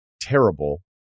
terrible